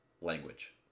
language